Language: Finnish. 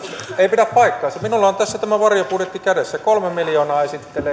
ei pidä paikkaansa minulla on tässä tämä varjobudjetti kädessäni kolme miljoonaa